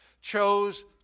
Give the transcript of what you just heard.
chose